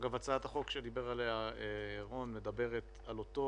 אגב, הצעת החוק שדיבר עליה רון מדברת על אותו